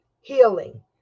Healing